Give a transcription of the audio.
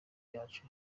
cyacu